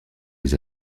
les